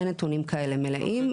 אין נתונים כאלה מלאים,